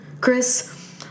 Chris